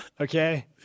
Okay